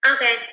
Okay